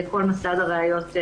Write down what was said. לכל מסד הראיות.